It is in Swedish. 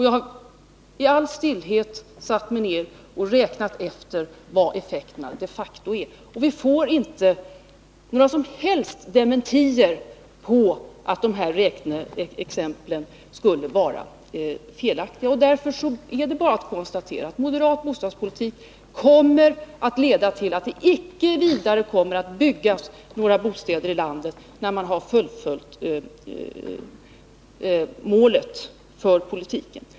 Jag har i all stillhet satt mig ned och räknat efter vilka effekterna de facto skulle bli. Och moderaterna har inte på något sätt dementerat riktigheten av dessa räkneexempel. Därför är det bara att konstatera att moderat bostadspolitik kommer att leda till att det inte kommer att byggas några bostäder i landet när man väl har uppnått målet för sin politik.